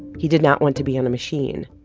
he did not want to be on a machine.